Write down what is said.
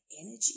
energy